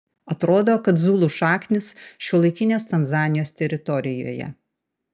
atrodo kad zulų šaknys šiuolaikinės tanzanijos teritorijoje